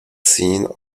scene